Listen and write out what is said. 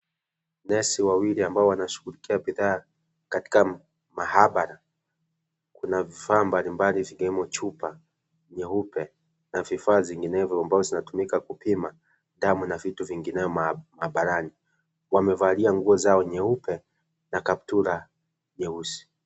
Nesi wawili ambao wanashughulikia bidhaa katika maabara ,kuna vifaa mbalimbali vikiwemo chupa nyeupe na vifaa zinginevyo ambazo zinatumika kupima damu na vitu vingineo maabarani wamevalia , nguo zao nyeupe na kaptura nyeusi.